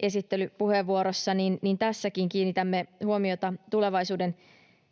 esittelypuheenvuorossa kiinnitämme tässäkin huomiota tulevaisuudennäkymiin